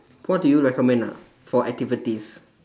what do you recommend ah for activities